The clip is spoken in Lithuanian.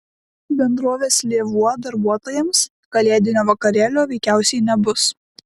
bendrovės lėvuo darbuotojams kalėdinio vakarėlio veikiausiai nebus